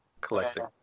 collecting